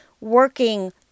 working